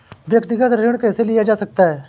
व्यक्तिगत ऋण कैसे लिया जा सकता है?